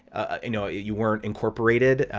you know you weren't incorporated,